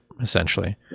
essentially